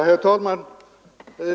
Herr talman!